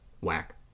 Whack